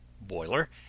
boiler